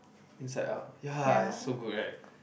inside out ya so good right